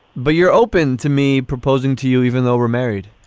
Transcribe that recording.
but you're open to me proposing to you even though we're married